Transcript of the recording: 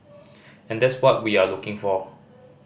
and that's what we are looking for